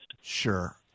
Sure